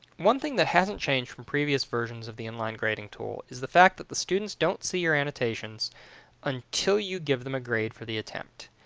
one that hasn't changed from previous versions of the inline grading tool is the fact that the students don't see your annotations until you give them a grade for the attempt.